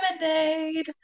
Lemonade